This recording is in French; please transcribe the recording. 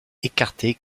écarté